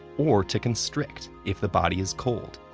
or to constrict if the body is cold,